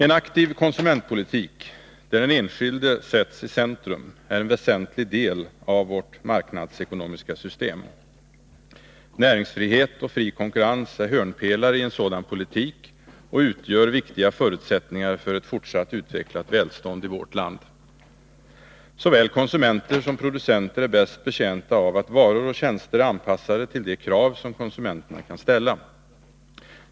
En aktiv konsumentpolitik, där den enskilde sätts i centrum, är en väsentlig del av vårt marknadsekonomiska system. Näringsfrihet och fri konkurrens är hörnpelare i en sådan politik och utgör viktiga förutsättningar för ett fortsatt utvecklat välstånd i vårt land. Såväl konsumenter som producenter är bäst betjänta av att varor och tjänster är anpassade till de krav som konsumenterna kan ställa.